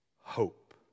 hope